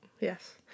Yes